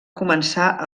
començar